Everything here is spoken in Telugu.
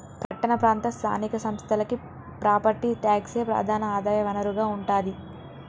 పట్టణ ప్రాంత స్థానిక సంస్థలకి ప్రాపర్టీ ట్యాక్సే ప్రధాన ఆదాయ వనరుగా ఉంటాది